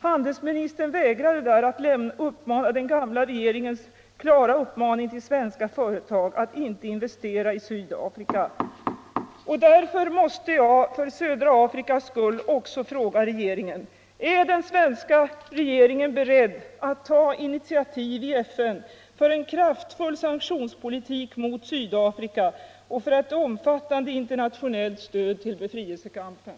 Handelsministern vägrade där att upprepa den gamla regeringens klara uppmaning till svenska företag att inte investera i Sydafrika. För södra Afrikas skull måste jag slutligen fråga regeringen: Är den svenska regeringen beredd att ta initiativ i FN för en kraftfull sanktionspolitik mot Sydafrika och för ett omfattande internationellt stöd till befrielsekampen?